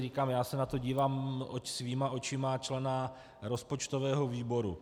Říkám, já se na to dívám svýma očima, člena rozpočtového výboru.